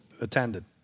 attended